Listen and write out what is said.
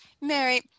Mary